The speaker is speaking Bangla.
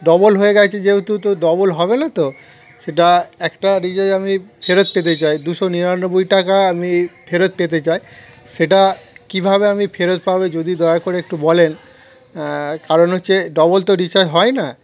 ডবল হয়ে গেছে যেহেতু তো ডবল হবে না তো সেটা একটা রিচার্জ আমি ফেরত পেতে চাই দুশো নিরানব্বই টাকা আমি ফেরত পেতে চাই সেটা কীভাবে আমি ফেরত পাবে যদি দয়া করে একটু বলেন কারণ হচ্ছে ডবল তো রিচার্জ হয় না